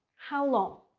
how long.